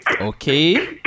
Okay